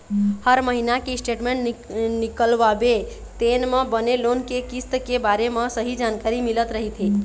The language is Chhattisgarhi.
हर महिना के स्टेटमेंट निकलवाबे तेन म बने लोन के किस्त के बारे म सहीं जानकारी मिलत रहिथे